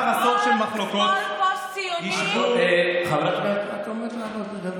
כל פוסט-ציוני חברת הכנסת דיסטל,